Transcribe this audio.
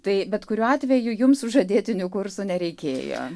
tai bet kuriuo atveju jums sužadėtinių kursų nereikėjo